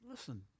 listen